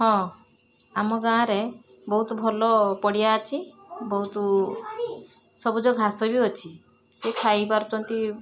ହଁ ଆମ ଗାଁ ରେ ବହୁତ ଭଲ ପଡ଼ିଆ ଅଛି ବହୁତ ସବୁଜ ଘାସ ବି ଅଛି ସେ ଖାଇ ପାରୁଛନ୍ତି